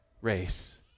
race